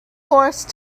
horse